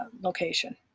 location